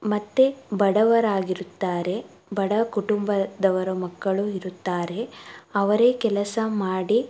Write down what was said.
ಮತ್ತು ಬಡವರಾಗಿರುತ್ತಾರೆ ಬಡ ಕುಟುಂಬದವರ ಮಕ್ಕಳು ಇರುತ್ತಾರೆ ಅವರೇ ಕೆಲಸ ಮಾಡಿ